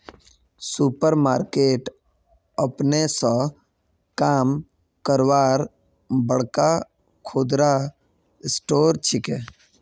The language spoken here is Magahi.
सुपर मार्केट अपने स काम करवार बड़का खुदरा स्टोर छिके